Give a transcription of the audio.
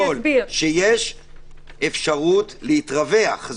את אומרת שיש אפשרות להתרווח.